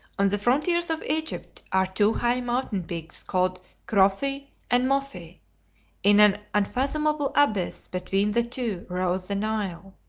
on the frontiers of egypt are two high mountain-peaks called crophi and mophi in an unfathomable abyss between the two rose the nile.